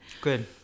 Good